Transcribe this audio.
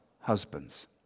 husbands